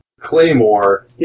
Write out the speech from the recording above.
Claymore